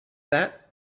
that